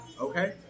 okay